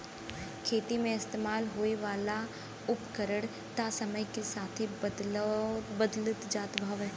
खेती मे इस्तेमाल होए वाला उपकरण त समय के साथे बदलत जात हउवे